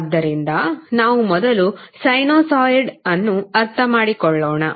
ಆದ್ದರಿಂದ ನಾವು ಮೊದಲು ಸೈನುಸಾಯ್ಡ್ ಅನ್ನು ಅರ್ಥಮಾಡಿಕೊಳ್ಳೋಣ